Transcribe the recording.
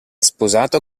sposato